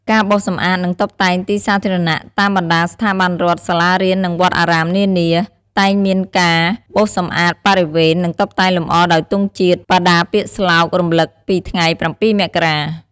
ការបោសសម្អាត និងតុបតែងទីសាធារណៈ តាមបណ្ដាស្ថាប័នរដ្ឋ សាលារៀន និងវត្តអារាមនានា តែងមានការបោសសម្អាតបរិវេណ និងតុបតែងលម្អដោយទង់ជាតិ បដាពាក្យស្លោករំឭកពីថ្ងៃ៧ មករា។